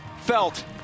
felt